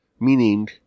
Meaning